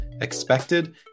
expected